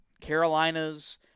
Carolinas